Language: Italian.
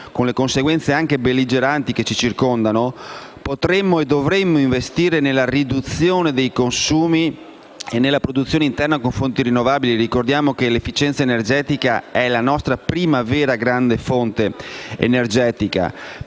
con conseguenze anche per i Paesi belligeranti che ci circondano, potremmo e dovremmo investire nella riduzione dei consumi e nella produzione interna con fonti rinnovabili. Ricordiamo che l'efficienza energetica è la nostra prima vera grande fonte energetica,